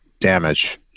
damage